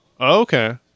okay